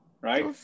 right